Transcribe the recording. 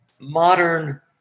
Modern